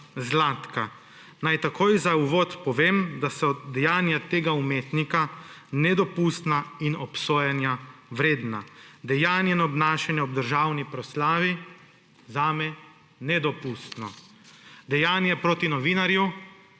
Zlatka. Naj takoj za uvod povem, da so dejanja tega umetnika nedopustna in obsojanja vredna. Dejanje in obnašanje ob državni proslavi je zame nedopustno. Dejanje proti novinarju